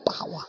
power